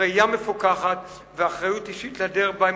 ראייה מפוכחת ואחריות אישית לדרך שבה הם